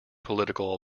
political